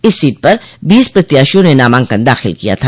इस सीट पर बीस प्रत्याशियों ने नामांकन दाखिल किया था